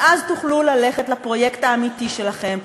ואז תוכלו ללכת לפרויקט האמיתי שלכם,